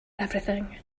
everything